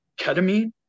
ketamine